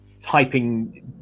typing